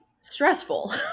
stressful